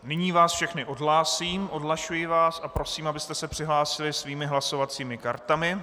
Nyní vás všechny odhlásím, odhlašuji vás a prosím, abyste se přihlásili svými hlasovacími kartami.